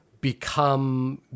become